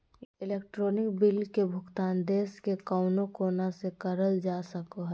electronic bill के भुगतान देश के कउनो कोना से करल जा सको हय